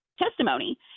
Testimony